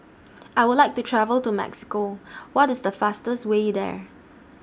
I Would like to travel to Mexico What IS The fastest Way There